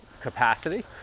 capacity